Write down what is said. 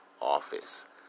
office